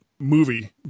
Movie